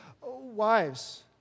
Wives